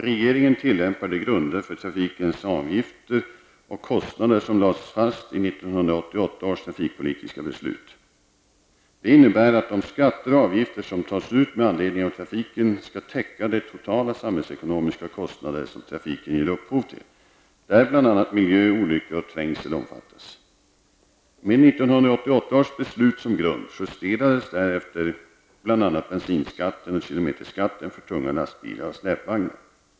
Regeringen tillämpar de grunder för trafikens avgifter och kostnader som lades fast i 1988 års trafikpolitiska beslut. Det innebär att de skatter och avgifter som tas ut med anledning av trafiken skall täcka de totala samhällsekonomiska kostnader som trafiken ger upphov till, där bl.a. bensinskatten och kilometerskatten för tunga lastbilar och släpvagnar.